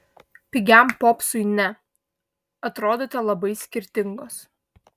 pigiam popsui ne atrodote labai skirtingos